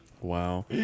Wow